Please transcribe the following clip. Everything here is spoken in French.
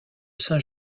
saint